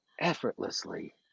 effortlessly